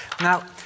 Now